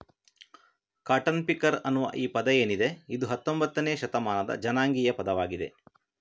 cotton picker ಅನ್ನುವ ಈ ಪದ ಏನಿದೆ ಇದು ಹತ್ತೊಂಭತ್ತನೇ ಶತಮಾನದ ಜನಾಂಗೀಯ ಪದವಾಗಿದೆ